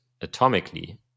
atomically